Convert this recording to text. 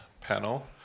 panel